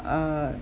err